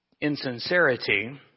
insincerity